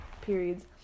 periods